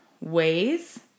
ways